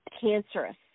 cancerous